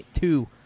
two